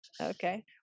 Okay